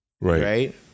Right